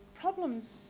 problems